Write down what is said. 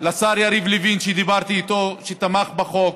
לשר יריב לוין, שדיברתי איתו, שתמך בחוק,